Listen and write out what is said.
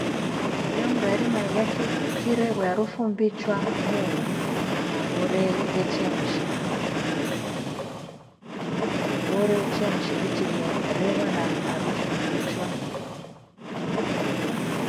Kijo mndu airima iya ki- kiragwe harufu mbichwaa mumu, mabore ghechemsha. Mibore uchemshe lichi gherewa na harufu mbichawa mumu.